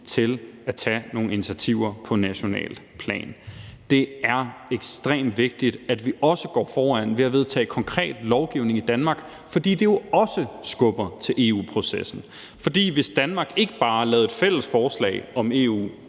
til at tage nogle initiativer på nationalt plan. Det er ekstremt vigtigt, at vi også går foran ved at vedtage konkret lovgivning i Danmark, fordi det jo også skubber til EU-processen. For hvis Danmark ikke bare lavede et fælles forslag om